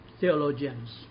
theologians